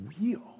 real